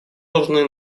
нужны